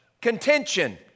contention